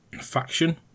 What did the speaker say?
faction